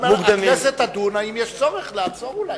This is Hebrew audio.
הכנסת תדון האם יש צורך לעצור,